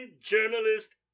journalist